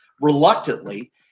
reluctantly